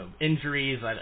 injuries